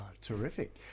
terrific